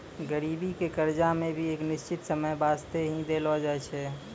गरीबी के कर्जा मे भी एक निश्चित समय बासते ही देलो जाय छै